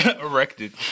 Erected